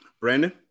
Brandon